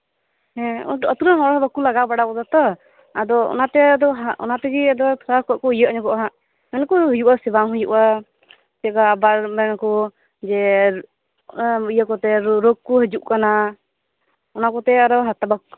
ᱦᱮᱸ ᱟᱹᱛᱩᱨᱮᱱ ᱦᱚᱲᱦᱚᱸ ᱵᱟᱠᱩ ᱞᱟᱜᱟᱣ ᱵᱟᱲᱟ ᱟᱠᱟᱫᱟᱛᱚ ᱟᱫᱚ ᱚᱱᱟᱛᱮᱜᱤ ᱛᱷᱚᱲᱟ ᱟᱠᱩᱦᱚᱠᱩ ᱤᱭᱟᱹ ᱧᱚᱜᱚᱜ ᱟᱦᱟᱸᱜ ᱢᱮᱱᱟᱠᱩ ᱦᱩᱭᱩᱜ ᱟᱥᱮ ᱵᱟᱝ ᱦᱩᱭᱩᱜᱼᱟ ᱠᱮᱣᱫᱚ ᱟᱵᱟᱨ ᱢᱮᱱᱟᱠᱩ ᱡᱮ ᱤᱭᱟᱹᱠᱚᱛᱮ ᱨᱚᱜᱠᱩ ᱦᱤᱡᱩᱜ ᱠᱟᱱᱟ ᱚᱱᱟᱠᱚᱛᱮ ᱟᱨᱚ ᱵᱟᱠᱚ